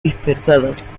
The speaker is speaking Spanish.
dispersadas